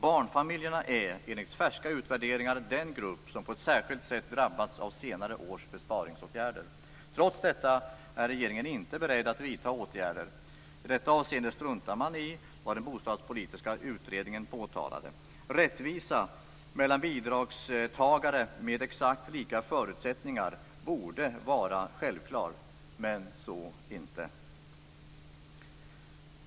Barnfamiljerna är enligt färska utvärderingar den grupp som på ett särskilt sätt drabbats av senare års besparingsåtgärder. Trots detta är regeringen inte beredd att vidta åtgärder. I detta avseende struntar man i vad den bostadspolitiska utredningen påtalade. Rättvisa mellan bidragstagare med exakt lika förutsättningar borde vara självklar, men så är det inte.